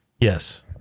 Yes